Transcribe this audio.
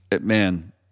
Man